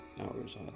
hours